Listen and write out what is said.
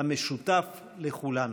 המשותף לכולנו.